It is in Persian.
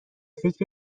فکر